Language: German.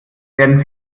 werden